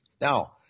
Now